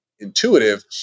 intuitive